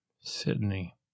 Sydney